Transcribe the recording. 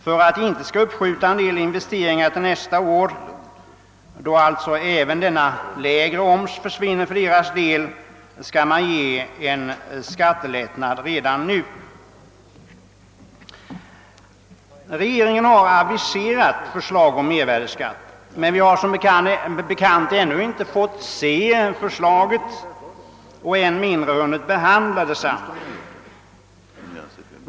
För att de inte skall uppskjuta en del investeringar till nästa år, då alltså även denna lägre omsättningsskatt försvinner för deras del, skall man ge dem en skattelättnad redan nu. Regeringen har aviserat förslaget om mervärdeskatt, men vi har som bekant ännu inte fått se förslaget, än mindre behandlat det.